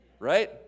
right